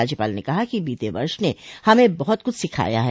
राज्यपाल ने कहा कि बीते वर्ष ने हमें बहुत कुछ सिखाया है